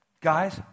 Guys